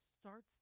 starts